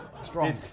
Strong